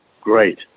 great